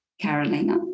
Carolina